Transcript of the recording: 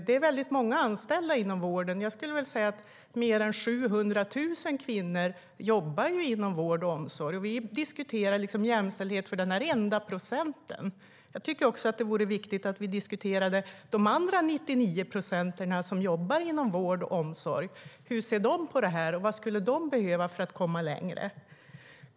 Det finns många anställda inom vården. Mer än 700 000 kvinnor jobbar inom vård och omsorg. Vi diskuterar här jämställdhet för 1 procent. Jag tycker att det vore viktigt att vi diskuterade de andra 99 procenten som jobbar inom vård och omsorg. Hur ser de på dessa frågor, och vad behöver de för att komma längre?